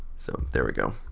so there we go.